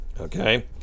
Okay